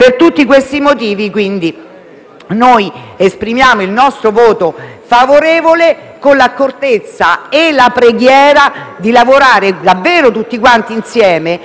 esprimiamo il nostro voto favorevole con l'accortezza e la preghiera a lavorare davvero tutti insieme per implementare le